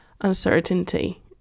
uncertainty